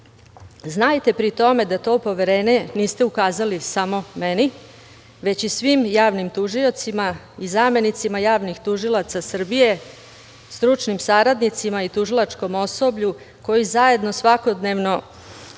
znajte pri tome da to poverenje niste ukazali samo meni, već i svim javnim tužiocima i zamenicima javnih tužilaca Srbije, stručnim saradnicima i tužilačkom osoblju koji zajedno svakodnevnog